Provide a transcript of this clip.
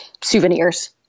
souvenirs